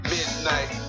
Midnight